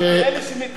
אמרתי, אלה שמטעם.